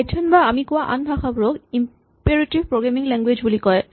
Python বা আমি কোৱা আন ভাষাবোৰক ইম্পেৰেটিভ প্ৰগ্ৰেমিং লেংগুৱেজ বুলি কয়